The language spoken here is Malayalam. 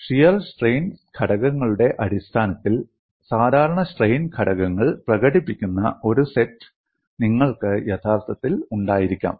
ഷിയർ സ്ട്രെയിൻ ഘടകങ്ങളുടെ അടിസ്ഥാനത്തിൽ സാധാരണ സ്ട്രെയിൻ ഘടകങ്ങൾ പ്രകടിപ്പിക്കുന്ന ഒരു സെറ്റ് നിങ്ങൾക്ക് യഥാർത്ഥത്തിൽ ഉണ്ടായിരിക്കാം